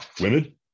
women